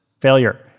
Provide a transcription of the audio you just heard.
failure